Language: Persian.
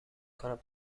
کنم